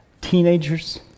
teenagers